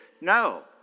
No